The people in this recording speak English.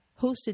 hosted